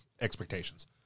expectations